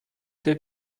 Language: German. der